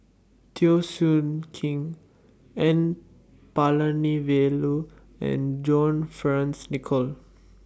Teo Soon Kim N Palanivelu and John Fearns Nicoll